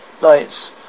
lights